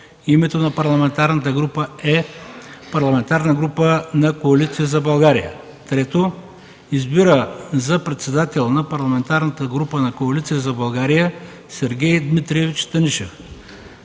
Името на парламентарна група е: Парламентарна група на Коалиция за България. 3. Избира за председател на Парламентарната група на Коалиция за България Сергей Дмитриевич Станишев.